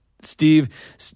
Steve